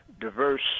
diverse